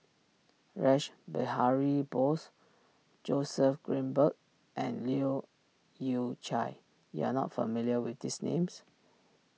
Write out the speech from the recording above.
Rash Behari Bose Joseph Grimberg and Leu Yew Chye you are not familiar with these names